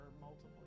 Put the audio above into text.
multiple